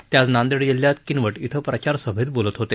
ते आज नांदेड जिल्ह्यात किनवट ॐ प्रचारसभेत बोलत होते